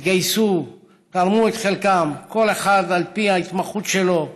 התגייסו, תרמו את חלקם, כל אחד על פי ההתמחות שלו,